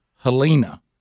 Helena